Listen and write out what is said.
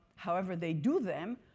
however they do them